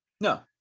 No